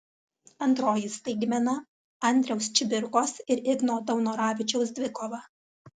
antroji staigmena andriaus čibirkos ir igno daunoravičiaus dvikova